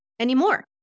anymore